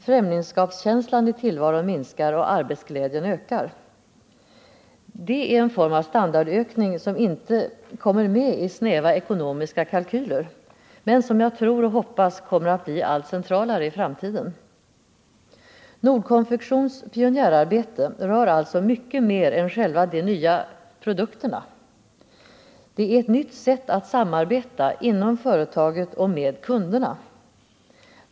Främlingskapskänslan i tillvaron minskar och arbetsglädjen ökar. Det är en form av standardökning, som inte kommer med i snäva ekonomiska kalkyler men som jag tror och hoppas kommer att bli allt centralare i framtiden. Nord Konfektions pionjärarbete rör alltså mycket mer än själva de nya produkterna — det är ett nytt sätt att samarbeta, inom företaget och med kunderna.